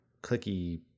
clicky